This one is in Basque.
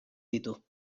ditu